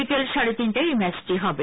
বিকাল সাড়ে তিনটায় এই ম্যাচটি হবে